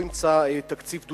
בעניין תקצבי